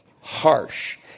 harsh